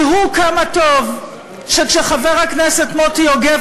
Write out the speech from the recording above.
תראו כמה טוב שכאשר חבר כנסת מוטי יוגב